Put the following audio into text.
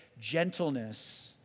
gentleness